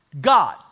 God